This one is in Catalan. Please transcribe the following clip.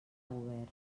govern